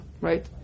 right